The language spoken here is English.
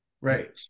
Right